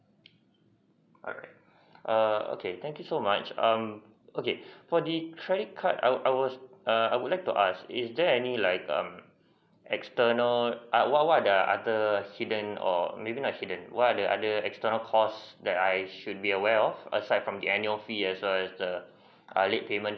alright err okay thank you so much um okay for the credit card I I was err I would like to ask is there any like um external what what are the other hidden or maybe not hidden what are the other external cost that I should be aware of aside from the annual fee as well as the err late payment